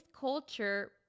culture